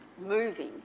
moving